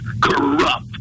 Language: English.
corrupt